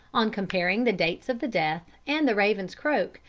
on comparing the dates of the death and the raven's croak,